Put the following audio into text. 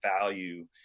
value